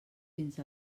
fins